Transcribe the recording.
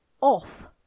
off